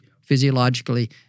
physiologically